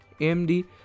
AMD